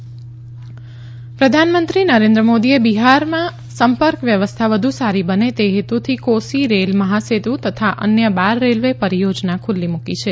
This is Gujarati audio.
પીએમ કોસી રેલ પ્રધાનમંત્રી નરેન્દ્ર મોદીએ બિહારમાં સંપર્ક વ્યવસ્થા વધુ સારી બને તે હેતુથી કોસી રેલ મહાસેતુ તથા અન્ય બાર રેલવે પરીયોજના ખુલ્લી મુકી છે